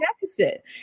deficit